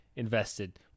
invested